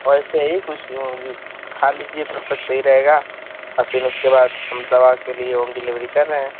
वैसे ही कुछ भी खा लीजिए तब तक सही रहेगा और फिर उसके बाद हम दवा के लिए होम डिलेवरी कर रहे हैं